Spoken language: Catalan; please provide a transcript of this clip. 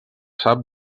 sap